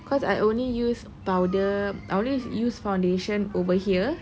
cause I only use powder I only use foundation over here